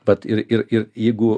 tad ir ir ir jėgų